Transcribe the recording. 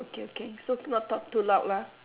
okay okay so do not talk too loud lah